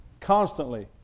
Constantly